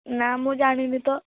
ନା ମୁଁ ଜାଣିନି ତ